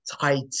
tight